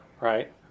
right